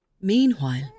Meanwhile